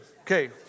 okay